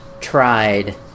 tried